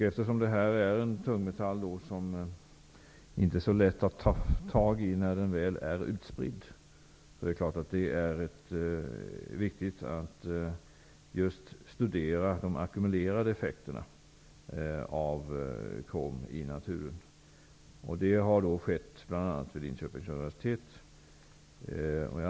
Eftersom det här är en tungmetall som inte är så lätt att få tag i när den väl är utspridd är det klart att det är viktigt att studera de ackumulerade effekterna av krom i naturen. Det har skett bl.a. vid Linköpings universitet.